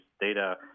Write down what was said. data